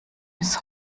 bis